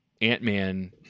Ant-Man